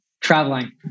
Traveling